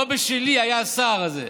לא בשלי היה הסער הזה,